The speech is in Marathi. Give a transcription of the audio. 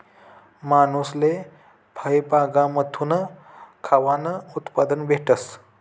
मानूसले फयबागमाथून खावानं उत्पादन भेटस